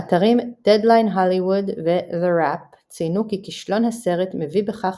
האתרים "Deadline Hollywood" ו-"TheWrap" ציינו כי כישלון הסרט מביא בכך